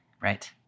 Right